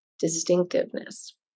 Distinctiveness